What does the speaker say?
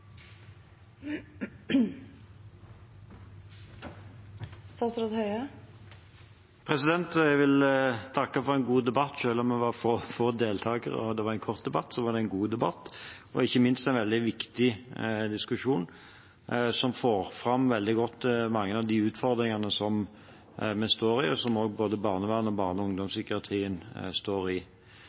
Jeg vil takke for en god debatt. Selv om vi var få deltakere, og det var en kort debatt, var det en god debatt, og ikke minst en veldig viktig diskusjon, som får fram veldig godt mange av de utfordringene vi står i, og som både barnevernet og barne- og ungdomspsykiatrien står i.